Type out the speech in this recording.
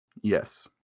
Yes